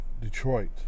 Detroit